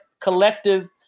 collective